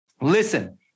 listen